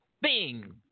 Bing